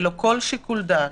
ללא כל שיקול דעת,